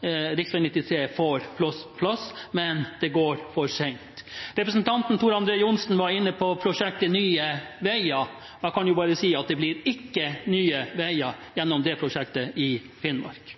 rv. 93 Kløfta får plass, men det går for sent. Representanten Tor André Johnsen var inne på prosjektet Nye Veier. Jeg kan bare si at det blir ikke nye veier gjennom det prosjektet i Finnmark.